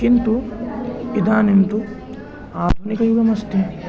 किन्तु इदानीं तु आधुनिकयुगमस्ति